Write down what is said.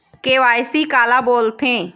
KYC काला बोलथें?